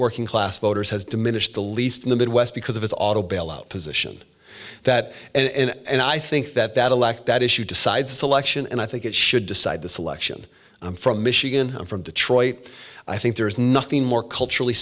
working class voters has diminished the least in the midwest because of his auto bailout position that and i think that that elect that issue decides the selection and i think it should decide the selection from michigan from detroit i think there is nothing more culturally